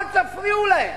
אל תפריעו להם,